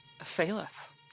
Faileth